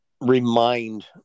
remind